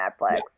Netflix